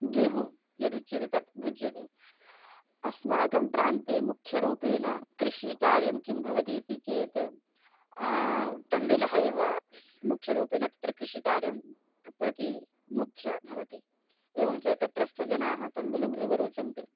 गेहूं यद् उच्यते तत् भुज्यते अस्माकं प्रान्ते मुख्यरूपेण कृषिकार्यं किं भवति इति चेत् तण्डु्लम् एव स् मुख्यरूपेण तत्र कृषिकार्यं प्रति मुख्यं भवति एवं च तत्रस्थजनेभ्यः तण्डुलम् एव रोचते